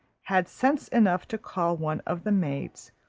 had sense enough to call one of the maids,